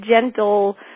gentle